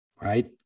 right